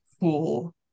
cool